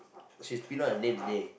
she's Pinoy and her name is Dhey